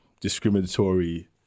discriminatory